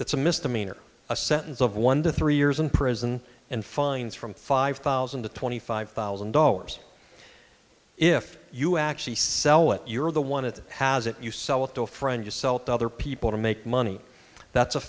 that's a misdemeanor a sentence of one to three years in prison and fines from five thousand to twenty five thousand dollars if you actually sell it you're the one that has it you sell it to a friend you sell to other people to make money that's a